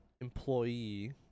employee